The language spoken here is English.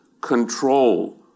control